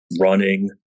running